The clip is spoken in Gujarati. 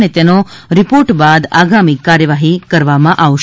અને તેનો રિ ોર્ટ બાદ આગામી કાર્યવાહી કરવામાં આવશે